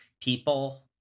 people